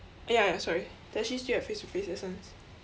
ya ya sorry does she still have face to face lessons